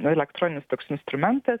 elektroninis toks instrumentas